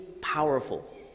powerful